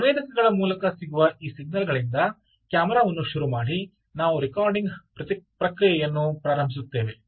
ಸಂವೇದಕಗಳ ಮೂಲಕ ಸಿಗುವ ಈ ಸಿಗ್ನಲ್ ಗಳಿಂದ ಕ್ಯಾಮೆರಾ ವನ್ನು ಶುರು ಮಾಡಿ ನಾವು ರೆಕಾರ್ಡಿಂಗ್ ಪ್ರಕ್ರಿಯೆಯನ್ನು ಪ್ರಾರಂಭಿಸುತ್ತೇವೆ